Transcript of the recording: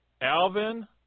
Alvin